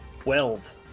Twelve